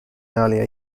earlier